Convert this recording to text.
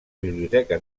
biblioteca